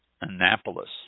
Annapolis